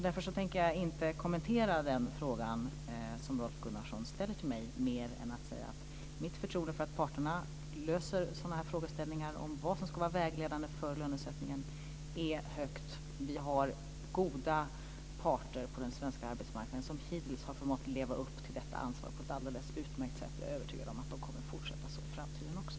Därför tänker jag inte kommentera den fråga som Rolf Gunnarsson ställer till mig, mer än att säga att mitt förtroende för att parterna löser sådana här frågeställningar om vad som ska vara vägledande för lönesättningen är stort. Vi har goda parter på den svenska arbetsmarknaden som hittils har förmått leva upp till detta ansvar på ett utmärkt sätt. Jag är övertygad om att de kommer att fortsätta så i framtiden också.